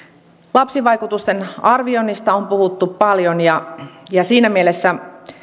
lapsivaikutusten arvioinnista on puhuttu paljon ja ja siinä mielessä